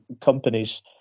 companies